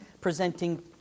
presenting